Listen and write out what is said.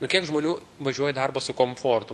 nu kiek žmonių važiuoja į darbą su komfortu